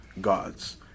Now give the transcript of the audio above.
gods